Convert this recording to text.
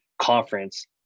conference